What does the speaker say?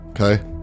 Okay